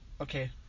okay